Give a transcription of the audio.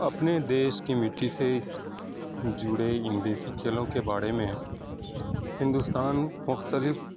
اپنے دیش کی مٹی سے اس جڑے ان دیسی کھیلوں کے بارے میں ہندوستان مختلف